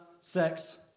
Sex